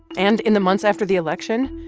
and in the months after the election,